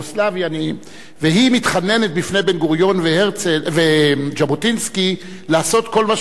והיא מתחננת בפני בן-גוריון וז'בוטינסקי לעשות כל מה שביכולתם